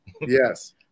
Yes